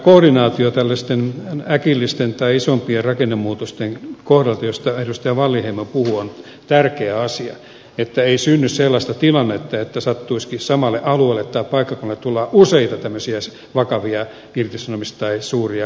koordinaatio äkillisten tai isompien rakennemuutosten kohdalla josta edustaja wallinheimo puhui on tärkeä asia niin että ei synny sellaista tilannetta että sattuisikin samalle alueelle tai paikkakunnalle tulemaan useita vakavia irtisanomis tai suuria rakennemuutostilanteita